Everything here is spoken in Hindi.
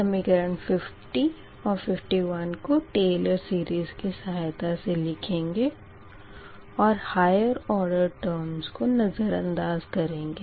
समीकरण 50 और 51 को टेलर सीरीस की सहायता से लिखेंगे और हायर ऑर्डर टर्म्स को नज़रअंदाज़ करेंगे